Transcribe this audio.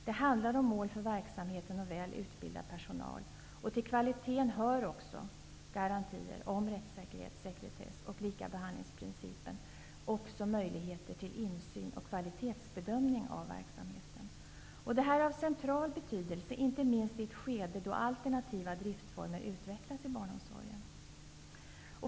Det handlar om mål för verksamheten och väl utbildad personal. Till kvaliteten hör också garantier om rättssäkerhet, sekretess och likabehandlingsprincipen samt möjligheten till insyn och kvalitetsbedömning av verksamheten. Detta är av central betydelse, inte minst i ett skede då alternativa driftsformer utvecklas i barnomsorgen.